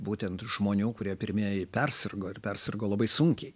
būtent žmonių kurie pirmieji persirgo ir persirgo labai sunkiai